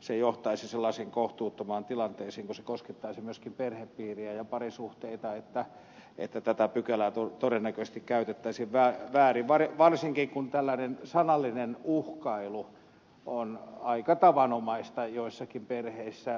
se johtaisi sellaisiin kohtuuttomiin tilanteisiin kun se koskettaisi myöskin perhepiiriä ja parisuhteita että tätä pykälää todennäköisesti käytettäisiin väärin varsinkin kun tällainen sanallinen uhkailu on aika tavanomaista joissakin perheissä